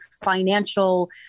financial